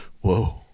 whoa